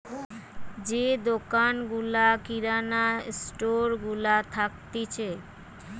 যে দোকান গুলা কিরানা স্টোর গুলা থাকতিছে